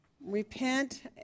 Repent